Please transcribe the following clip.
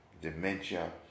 dementia